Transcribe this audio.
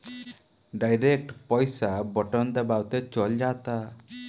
direct पईसा button दबावते चल जाता